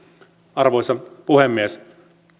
arvoisa puhemies